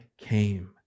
came